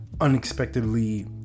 unexpectedly